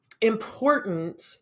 important